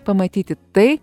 pamatyti tai